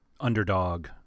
underdog